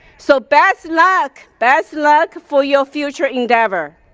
so best luck, best luck for your future endeavor.